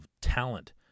talent